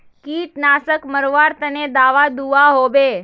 कीटनाशक मरवार तने दाबा दुआहोबे?